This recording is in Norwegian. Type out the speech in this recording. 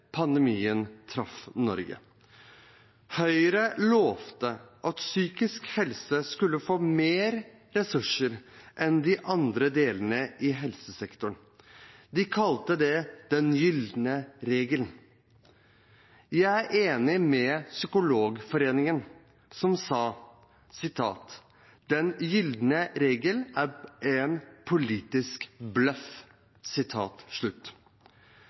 pandemien traff Norge. Høyre lovte at psykisk helse skulle få mer ressurser enn de andre delene av helsesektoren. De kalte det «den gylne regel». Jeg er enig med Psykologforeningen, som sa: «Den gylne regel er en politisk bløff.»